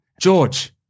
George